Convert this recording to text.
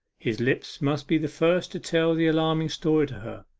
his lips must be the first to tell the alarming story to her.